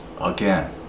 again